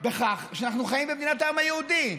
בכך שאנחנו חיים במדינת העם היהודי,